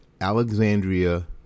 Alexandria